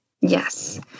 Yes